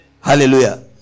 Hallelujah